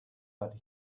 that